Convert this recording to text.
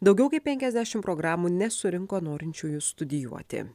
daugiau kaip penkiasdešimt programų nesurinko norinčiųjų studijuoti